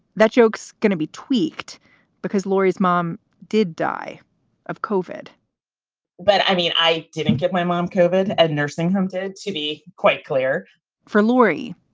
that joke's gonna be tweaked because laurie's mom did die of kofod but, i mean, i didn't get my mom, kevin, a and nursing home, did to be quite clear for lori,